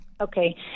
Okay